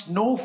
no